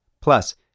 Plus